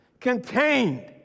contained